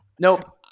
nope